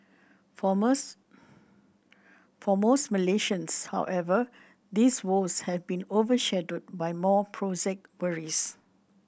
for most for most Malaysians however these woes have been overshadowed by more prosaic worries